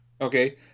Okay